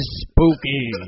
Spooky